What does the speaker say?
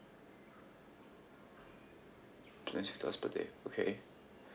twenty six dollars per day okay